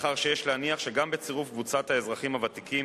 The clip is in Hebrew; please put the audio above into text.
מאחר שיש להניח שגם בצירוף קבוצת האזרחים הוותיקים